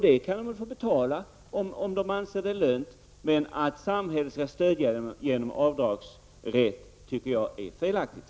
Det kan de få betala för om de anser det lönt, men att samhället skall stödja det genom avdragsrätt tycker jag är felaktigt.